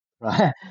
right